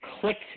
clicked